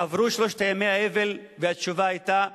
עברו שלושת ימי האבל, והתשובה היתה "לא".